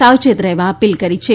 સાવચેત રહેવા અપીલ કરી છે